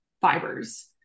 fibers